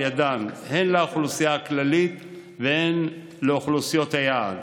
ידם הן לאוכלוסייה הכללית והן לאוכלוסיות היעד,